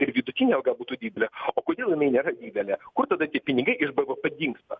ir vidutinė alga būtų didelė o kodėl jinai nėra didelė kur tada tie pinigai iš bvp dinsta